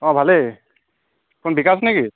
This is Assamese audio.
অঁ ভালেই কোন বিকাশ নেকি